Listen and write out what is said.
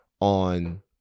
on